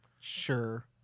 sure